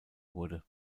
wurde